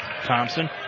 Thompson